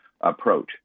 approach